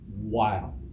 wow